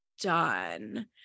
done